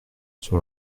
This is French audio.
sur